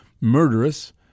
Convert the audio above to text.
murderous